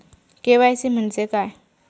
KYC म्हणजे काय?